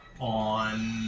on